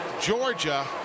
Georgia